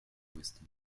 wisdom